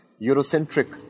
Eurocentric